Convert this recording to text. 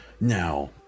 now